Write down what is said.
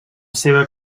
seva